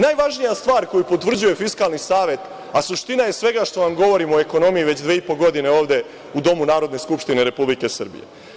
Najvažnija stvar koju potvrđuje Fiskalni savet, a suština je svega što vam govorim o ekonomiji već dve i po godine ovde u Domu Narodne skupštine Republike Srbije.